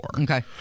Okay